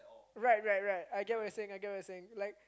right right right I get what you're saying I get what you're saying like